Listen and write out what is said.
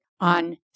on